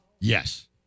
Yes